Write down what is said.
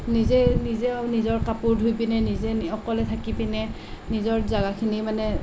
নিজেই নিজে নিজৰ কাপোৰ ধুই পিনে নিজে অকলে থাকি পিনে নিজৰ জাগাখিনি মানে